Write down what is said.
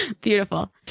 Beautiful